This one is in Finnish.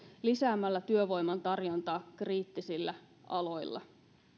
lisäämällä työvoiman tarjontaa kriittisillä aloilla